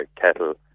kettle